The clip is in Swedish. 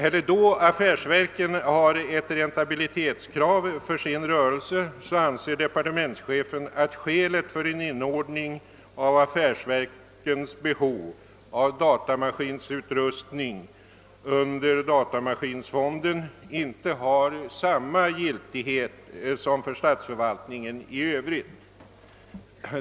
Eftersom affärsverken har ett räntabilitetskrav för sin rörelse anser departementschefen skälet för inordning av affärsverkens behov av datamaskinutrustning under datamaskinfonden inte ha samma giltighet som för statsförvaltningen i Övrigt.